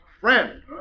friend